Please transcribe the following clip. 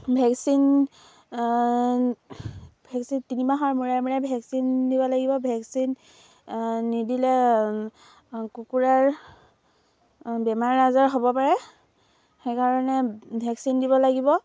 vaccine vaccine তিনিমাহৰ মূৰে মূৰে ভেকচিন দিব লাগিব ভেকচিন নিদিলে কুকুৰাৰ বেমাৰ আজাৰ হ'ব পাৰে সেইকাৰণে ভেকচিন দিব লাগিব